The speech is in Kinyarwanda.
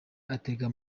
atega